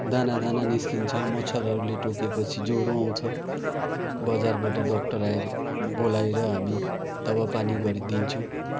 दाना दाना निस्किन्छ मच्छरहरूले टोके पछि जरो आउँछ बजारबाट डाक्टर आएर बोलाएर हामी दवाई पानी गरिदिन्छु